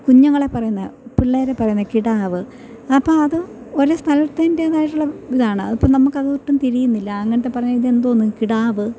കുഞ്ഞുങ്ങളെ പറയുന്നെയാ പിള്ളാരെ പറയുന്നെയാ കിടാവ് അപ്പോള് അത് ഓരോ സ്ഥലത്തിൻറ്റേതായിട്ടുള്ള ഇതാണ് അത് അപ്പോള് നമുക്കത് ഒട്ടും തിരിയുന്നില്ല അങ്ങനത്തെ പറഞ്ഞ ഇതെന്തോന്ന് കിടാവ്